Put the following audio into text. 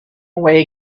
away